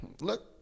look